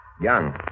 Young